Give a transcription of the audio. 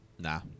Nah